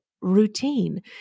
routine